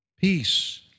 peace